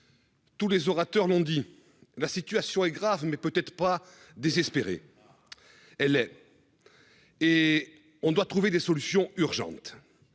Tous les orateurs l'ont dit. La situation est grave mais peut-être pas désespérée. Elle est. Et on doit trouver des solutions urgentes.